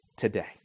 today